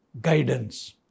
guidance